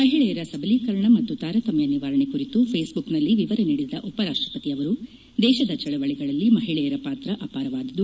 ಮಹಿಳೆಯರ ಸಬಲೀಕರಣ ಮತ್ತು ತಾರತಮ್ನ ನಿವಾರಣೆ ಕುರಿತ ಥೇಸ್ಬುಕ್ನಲ್ಲಿ ವಿವರ ನೀಡಿದ ಉಪರಾಷ್ಟ ಪತಿ ಅವರು ದೇಶದ ಚಳವಳಿಗಳಲ್ಲಿ ಮಹಿಳೆಯರ ಪಾತ್ರ ಅಪಾರವಾದದು